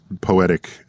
poetic